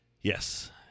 Yes